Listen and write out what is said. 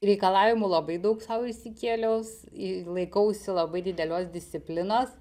reikalavimų labai daug sau išsikėliau į laikausi labai didelios disciplinos